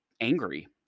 angry